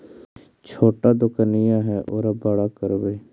छोटा दोकनिया है ओरा बड़ा करवै?